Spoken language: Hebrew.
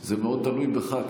זה מאוד תלוי בך,